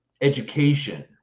education